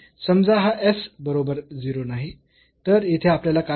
तर समजा हा s बरोबर 0 नाही तर येथे आपल्याला काय मिळते